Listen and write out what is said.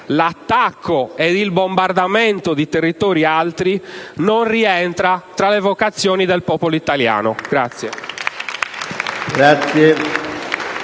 l'attacco ed il bombardamento di territori altri - non rientra tra le vocazioni del popolo italiano.